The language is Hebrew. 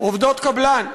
עובדות קבלן.